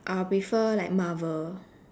I will prefer like Marvel